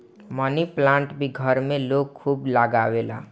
मनी plant भी घर में लोग खूब लगावेला